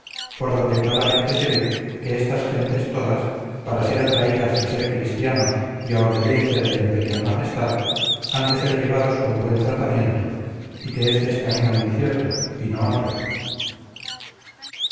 por donde claramente se ve que estas gentes todas para ser atraídas a ser cristianos y a obediencia de la imperial majestad han de ser llevados con buen tratamiento y que éste es camino muy cierto y otro